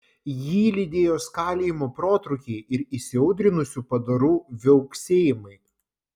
jį lydėjo skalijimo protrūkiai ir įsiaudrinusių padarų viauksėjimai